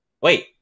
Wait